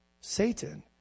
Satan